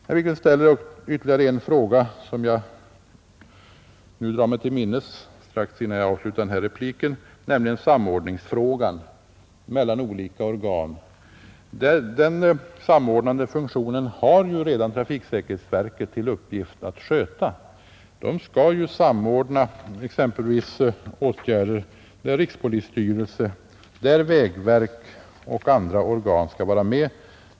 Herr Wiklund ställde ytterligare en fråga, som jag nu drar mig till minnes och som jag vill besvara innan jag avslutar den här repliken, nämligen om samordningen mellan olika organ. Den samordnande funktionen har trafiksäkerhetsverket redan i uppgift att sköta. Verket skall samordna exempelvis åtgärder där rikspolisstyrelsen, vägverket och andra organ skall vara med.